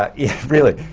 ah yeah, really.